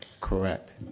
correct